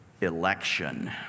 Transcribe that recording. election